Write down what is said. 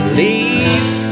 leaves